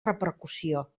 repercussió